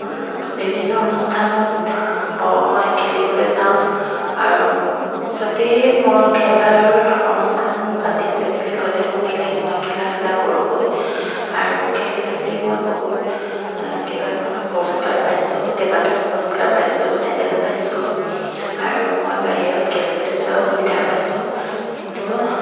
বিভিন্ন অনুষ্ঠানত মই খেলিবলৈ যাওঁ আৰু য'তেই মোৰ খেলাৰ অনুষ্ঠান পাতিছে বুলি ক'লে শুনিলেই মই খেলা ধূলা কৰোঁগৈ আৰু খেলি ধূলি মই বহুত কেইবাখনো পুৰস্কাৰ পাইছোঁ কেইবাটাও পুৰস্কাৰ পাইছোঁ মেডেল পাইছোঁ আৰু মই বাহিৰত খেলিবলৈ যোৱাৰ সুবিধা পাইছোঁ কিন্তু